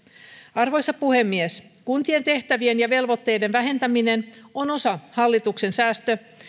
arvoisa puhemies kuntien tehtävien ja velvoitteiden vähentäminen on osa hallituksen säästö